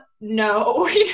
no